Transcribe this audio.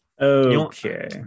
okay